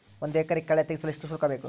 ಒಂದು ಎಕರೆ ಕಳೆ ತೆಗೆಸಲು ಎಷ್ಟು ಶುಲ್ಕ ಬೇಕು?